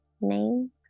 name